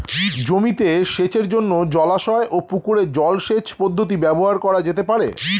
জমিতে সেচের জন্য জলাশয় ও পুকুরের জল সেচ পদ্ধতি ব্যবহার করা যেতে পারে?